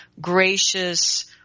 gracious